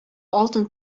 алтын